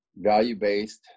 value-based